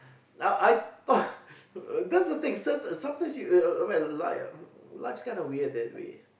I I you know that's the thing sometimes you you uh I mean life ah life's kind of weird that way